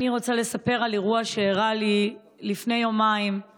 אני רוצה לספר על אירוע שאירע לי לפני יומיים עם